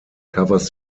covers